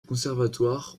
conservatoire